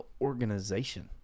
organization